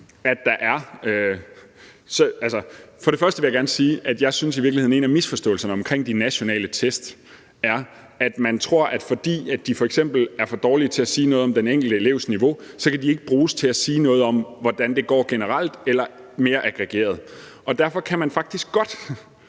gerne. Først vil jeg gerne sige, at jeg i virkeligheden synes, at en af misforståelserne omkring de nationale test er, at man tror, at fordi de f.eks. er for dårlige til at sige noget om den enkelte elevs niveau, så kan de ikke bruges til at sige noget om, hvordan det går generelt eller mere aggregeret. Derfor kan man faktisk godt